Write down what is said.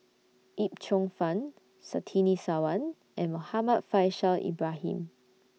Yip Cheong Fun Surtini Sarwan and Muhammad Faishal Ibrahim